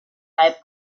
type